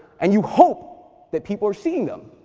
and you hope that people are seeing them.